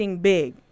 Big